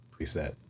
preset